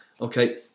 Okay